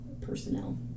personnel